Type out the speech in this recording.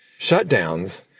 shutdowns